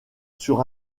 sur